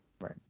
Right